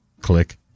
click